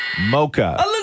Mocha